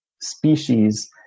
species